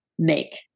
make